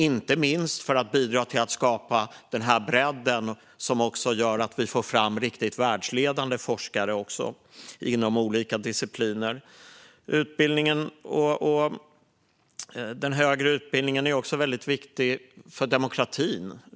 Inte minst bidrar det till att skapa den bredd som gör att vi får fram världsledande forskare inom olika discipliner. Utbildningen och den högre utbildningen är också väldigt viktiga för demokratin.